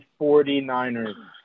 49ers